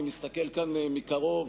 אני מסתכל כאן מקרוב